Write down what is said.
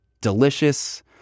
delicious